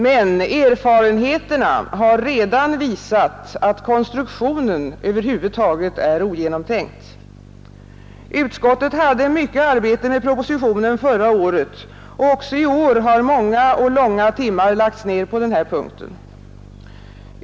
Men erfarenheterna har redan visat att konstruktionen över huvud taget är ogenomtänkt. Utskottet hade mycket arbete med propositionen förra året och även i år har många och långa timmar lagts ned på den punkten.